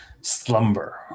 slumber